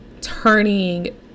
turning